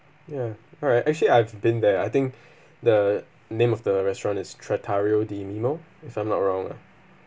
ya alright actually I've been there I think the name of the restaurant is trattoria di mino if I'm not wrong lah